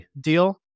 deal